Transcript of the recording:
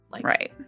Right